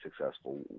successful